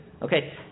Okay